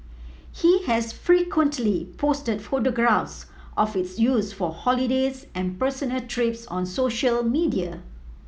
he has frequently posted photographs of its use for holidays and personal trips on social media